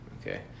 Okay